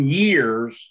years